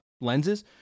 lenses